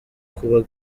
kuba